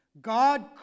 God